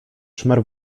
szmer